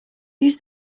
use